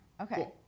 Okay